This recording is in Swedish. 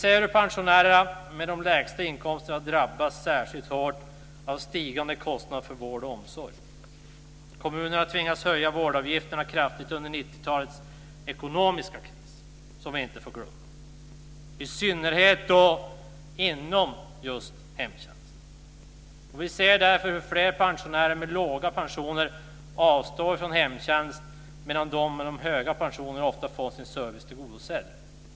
Vi ser hur pensionärerna med de lägsta inkomsterna drabbas särskilt hårt av stigande kostnader för vård och omsorg. Kommunerna tvingades höja vårdavgifterna kraftigt under 90-talets ekonomiska kris, som vi inte får glömma. I synnerhet gäller det hemtjänsten. Vi ser därför hur fler pensionärer med låga pensioner avstår från hemtjänst medan de med de höga pensionerna oftare får sin service tillgodosedd.